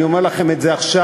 אני אומר לכם את זה עכשיו,